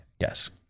Yes